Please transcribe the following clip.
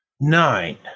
Nine